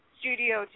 studio